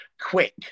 quick